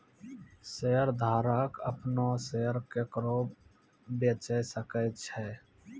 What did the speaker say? शेयरधारक अपनो शेयर केकरो बेचे सकै छै